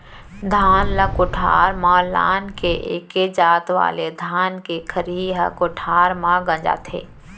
धान ल कोठार म लान के एके जात वाले धान के खरही ह कोठार म गंजाथे